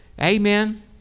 Amen